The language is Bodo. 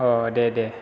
दे दे